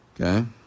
Okay